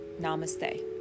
Namaste